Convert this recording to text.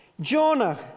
Jonah